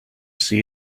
see